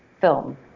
film